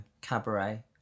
cabaret